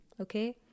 Okay